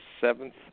seventh